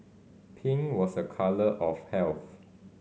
pink was a colour of health